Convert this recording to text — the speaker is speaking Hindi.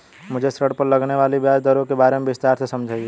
मुझे ऋण पर लगने वाली ब्याज दरों के बारे में विस्तार से समझाएं